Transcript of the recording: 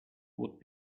would